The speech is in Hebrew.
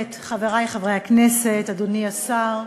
חברי חברי הכנסת, אדוני השר,